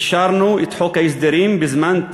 אישרנו את חוק ההסדרים בזמן,